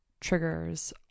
triggers